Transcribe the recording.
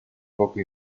poco